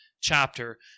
chapter